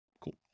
Cool